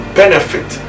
benefit